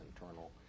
internal